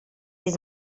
his